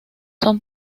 son